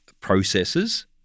processes